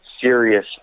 serious